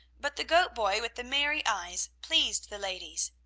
but the goat-boy with the merry eyes pleased the ladies.